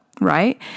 right